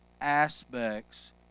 aspects